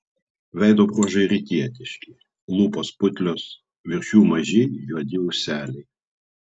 veido bruožai rytietiški lūpos putlios virš jų maži juodi ūseliai